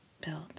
built